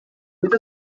with